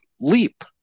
leap